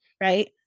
right